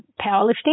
powerlifting